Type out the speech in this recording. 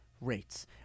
rates